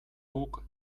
guk